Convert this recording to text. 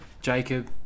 Jacob